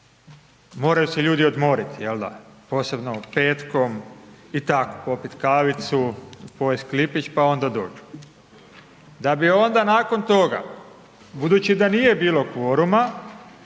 moraju se ljudi odmoriti, jel da, posebno petkom i tako, popit kavicu, pojest klipić, pa onda dođu, da bi onda nakon toga, budući da nije bilo kvoruma,